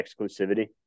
exclusivity